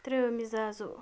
ترٛیو مٕزازو